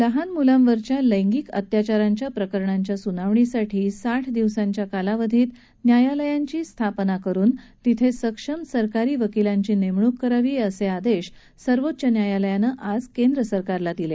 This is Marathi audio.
लहान मुलांवरच्या लैंगिक अत्याचारांच्या प्रकरणांच्या सुनावणीसाठी साठ दिवसांच्या कालावधीत न्यायालयांची स्थापना करुन तिथे सक्षम सरकारी वकिलांची नेमणूक करावी असे आदेश सर्वोच्च न्यायालयानं आज केंद्र सरकारला दिले